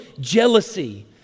jealousy